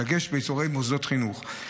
בדגש על אזורי מוסדות חינוך.